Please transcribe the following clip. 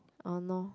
!hannor!